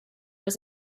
was